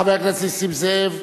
חבר הכנסת נסים זאב.